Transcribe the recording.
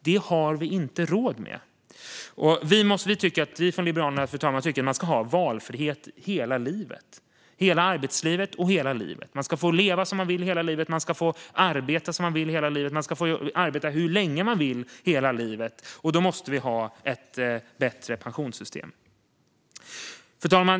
Det har vi inte råd med. Fru talman! Vi från Liberalerna tycker att man ska ha valfrihet hela arbetslivet och hela livet. Man ska få leva som man vill hela livet. Man ska få arbeta som man vill hela livet. Man ska få arbeta hur länge man vill, och då måste vi ha ett bättre pensionssystem. Fru talman!